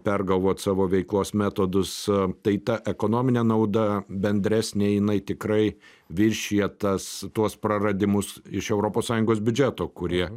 pergalvot savo veiklos metodus tai ta ekonominė nauda bendresnė jinai tikrai viršija tas tuos praradimus iš europos sąjungos biudžeto kurie